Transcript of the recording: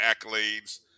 accolades